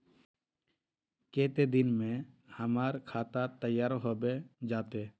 केते दिन में हमर खाता तैयार होबे जते?